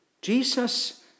Jesus